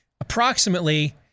approximately